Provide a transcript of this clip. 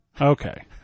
Okay